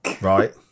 Right